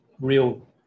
real